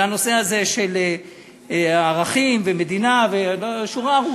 על הנושא הזה של ערכים ומדינה, שורה ארוכה,